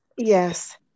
Yes